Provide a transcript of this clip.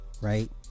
right